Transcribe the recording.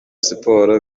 siporo